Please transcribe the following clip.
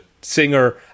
singer